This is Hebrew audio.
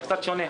זה קצת שונה,